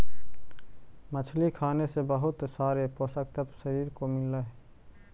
मछली खाने से बहुत सारे पोषक तत्व शरीर को मिलअ हई